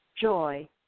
joy